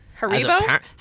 Haribo